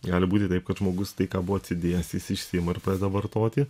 gali būti taip kad žmogus tai ką buvo atidėjęs jis išsiima ir pradeda vartoti